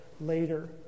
later